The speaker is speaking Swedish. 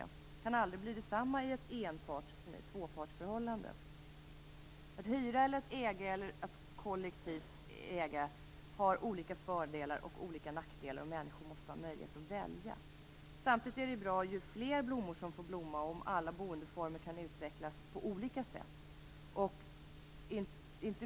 Det kan aldrig bli det samma i ett enparts som i ett tvåpartsförhållande. Att hyra, äga eller kollektivt äga har olika fördelar och olika nackdelar. Människor måste ha en möjlighet att välja. Samtidigt är det bra ju fler blommor som får blomma och om alla boendeformer kan utvecklas på olika sätt.